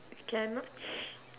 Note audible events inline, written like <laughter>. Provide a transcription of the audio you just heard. cannot <noise>